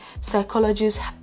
psychologists